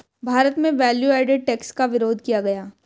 भारत में value added tax का विरोध किया गया